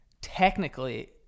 technically